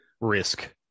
risk